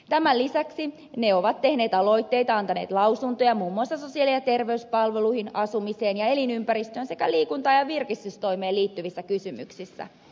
tämän lisäksi ne ovat tehneet aloitteita antaneet lausuntoja muun muassa sosiaali ja terveyspalveluihin asumiseen ja elinympäristöön sekä liikunta ja virkistystoimeen liittyvissä kysymyksissä